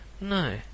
No